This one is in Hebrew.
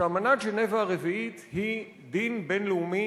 שאמנת ז'נבה הרביעית היא דין בין-לאומי